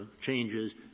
changes